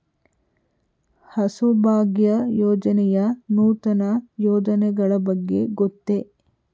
ಹಸುಭಾಗ್ಯ ಯೋಜನೆಯ ನೂತನ ಯೋಜನೆಗಳ ಬಗ್ಗೆ ಗೊತ್ತೇ?